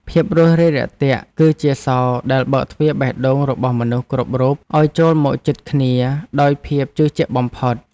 ភាពរួសរាយរាក់ទាក់ គឺជាសោរដែលបើកទ្វារបេះដូងរបស់មនុស្សគ្រប់រូបឱ្យចូលមកជិតគ្នាដោយភាពជឿជាក់បំផុត។